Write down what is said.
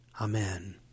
Amen